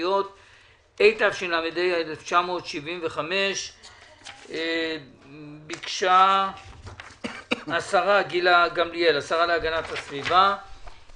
הממשלתיות התשל"ה 1975. השרה להגנת הסביבה גילה גמליאל